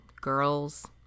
girls